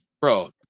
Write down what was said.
Bro